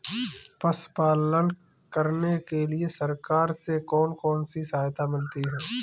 पशु पालन करने के लिए सरकार से कौन कौन सी सहायता मिलती है